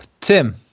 Tim